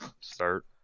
start